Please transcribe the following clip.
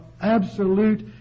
absolute